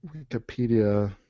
Wikipedia